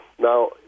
Now